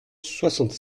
soixante